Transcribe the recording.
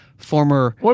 former